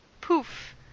poof